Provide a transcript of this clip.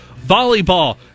Volleyball